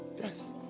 Yes